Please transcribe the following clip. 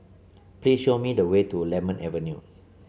please show me the way to Lemon Avenue